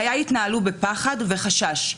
חיי התנהלו בפחד וחשש,